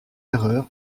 erreur